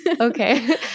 Okay